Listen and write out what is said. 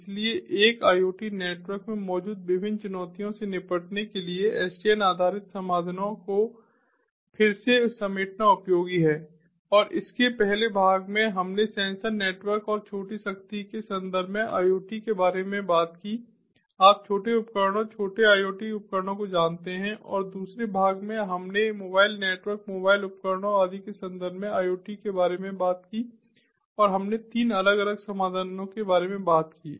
इसलिए एक IoT network में मौजूद विभिन्न चुनौतियों से निपटने के लिए SDN आधारित समाधानों को फिर से समेटना उपयोगी है और इसके पहले भाग में हमने सेंसर नेटवर्क और छोटी शक्ति के संदर्भ में IoT के बारे में बात की आप छोटे उपकरणों छोटे IoT उपकरणों को जानते हैं और दूसरे भाग में हमने मोबाइल नेटवर्क मोबाइल उपकरणों आदि के संदर्भ में IoT के बारे में बात की और हमने तीन अलग अलग समाधानों के बारे में बात की है